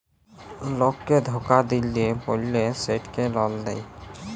লককে ধকা দিল্যে বল্যে সেটকে লল দেঁয়